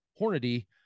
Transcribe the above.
Hornady